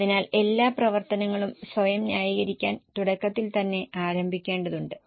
അതിനാൽ എല്ലാ പ്രവർത്തനങ്ങളും സ്വയം ന്യായീകരിക്കാൻ തുടക്കത്തിൽ തന്നെ ആരംഭിക്കേണ്ടതുണ്ട്